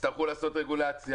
יצטרכו לעשות רגולציה,